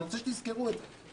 אני רוצה שתזכרו את זה.